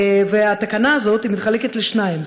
והתקנה הזאת מתחלקת לשניים.